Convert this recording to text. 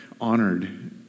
honored